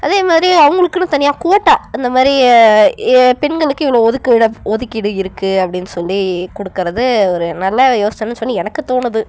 அதே மாதிரி அவங்களுக்குனு தனியாக கோட்டா அந்த மாதிரி பெண்களுக்கு இவ்வளோ ஒதுக்கு இடம் ஒதுக்கீடு இருக்கு அப்டின்னு சொல்லிக் கொடுக்கறது ஒரு நல்ல யோசனைன்னு சொல்லி எனக்கு தோணுது